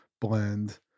blend